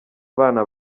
abana